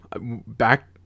back